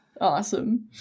Awesome